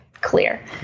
clear